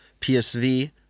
PSV